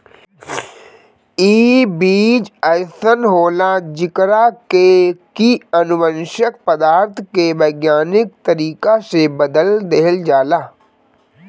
इ बीज अइसन होला जेकरा के की अनुवांशिक पदार्थ के वैज्ञानिक तरीका से बदल देहल जाला